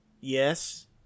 Yes